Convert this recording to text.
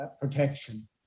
protection